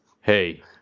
Hey